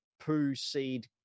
poo-seed